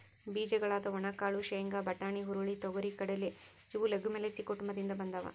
ಬೀಜಗಳಾದ ಒಣಕಾಳು ಶೇಂಗಾ, ಬಟಾಣಿ, ಹುರುಳಿ, ತೊಗರಿ,, ಕಡಲೆ ಇವು ಲೆಗುಮಿಲೇಸಿ ಕುಟುಂಬದಿಂದ ಬಂದಾವ